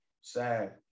Sad